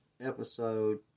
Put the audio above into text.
episode